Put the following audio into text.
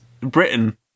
Britain